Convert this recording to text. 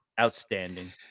Outstanding